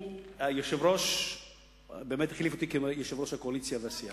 היושב-ראש באמת החליף אותי כיושב-ראש הקואליציה בסיעה.